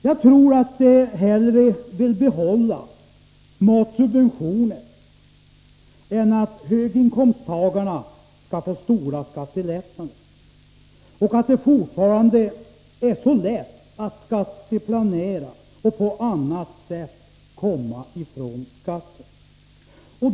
Jag tror att de hellre vill behålla matsubventionerna än att höginkomsttagarna skall få stora skattelättnader och fortfarande ha så lätt att genom skatteplanering och på andra sätt komma ifrån skatten.